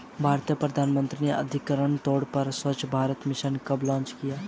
भारतीय प्रधानमंत्री ने आधिकारिक तौर पर स्वच्छ भारत मिशन कब लॉन्च किया?